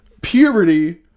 Puberty